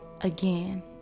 again